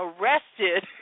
arrested